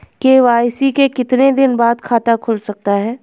KYC के कितने दिन बाद खाता खुल सकता है?